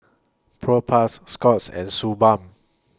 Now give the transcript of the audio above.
Propass Scott's and Suu Balm